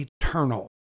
eternal